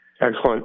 Excellent